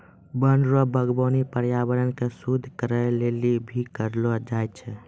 वन रो वागबानी पर्यावरण के शुद्ध करै लेली भी करलो जाय छै